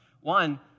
One